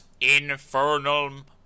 Infernal